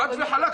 חד וחלק.